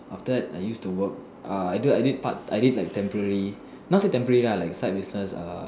after that I used to work uh I did I did part I did like temporary not say temporary lah like side business err